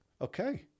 Okay